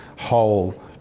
whole